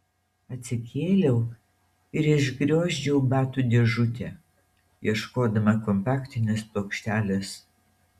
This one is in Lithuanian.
atsikėliau ir išgriozdžiau batų dėžutę ieškodama kompaktinės plokštelės